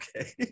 Okay